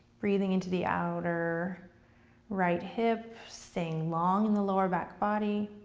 breathing into the outer right hip, staying long in the lower back body,